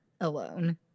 alone